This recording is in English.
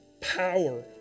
power